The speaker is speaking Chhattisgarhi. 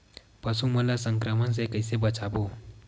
पशु मन ला संक्रमण से कइसे बचाबो?